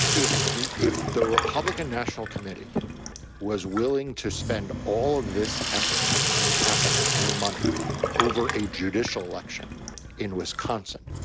if if the republican national committee was willing to spend all of this effort and capital and money over a judicial election in wisconsin.